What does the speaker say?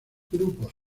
grupos